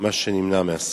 מה שנמנע מהשר?